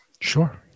sure